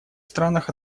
странах